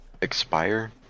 expire